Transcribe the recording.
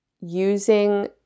using